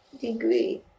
degree